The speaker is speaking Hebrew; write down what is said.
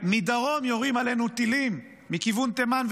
שמדרום יורים עלינו טילים מכיוון תימן,